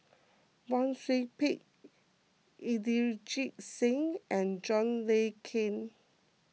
Wang Sui Pick Inderjit Singh and John Le Cain